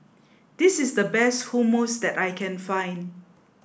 this is the best Hummus that I can find